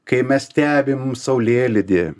kai mes stebim mum saulėlydį